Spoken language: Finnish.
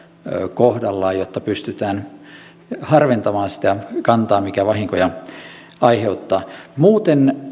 kohdallaan jotta pystytään harventamaan sitä kantaa mikä vahinkoja aiheuttaa muuten